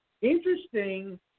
interesting